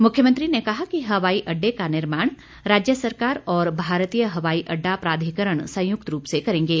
मुख्यमंत्री ने कहा कि हवाई अड्डे का निर्माण राज्य सरकार और भारतीय हवाई अड्डा प्राधिकरण संयुक्त रूप से करेंगे